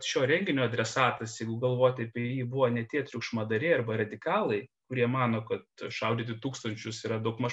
šio renginio adresatas jeigu galvoti apie jį buvo ne tie triukšmadariai arba radikalai kurie mano kad šaudyti tūkstančius yra daugmaž